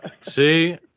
See